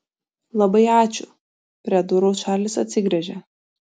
labai ačiū prie durų čarlis atsigręžė